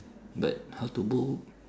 but how to book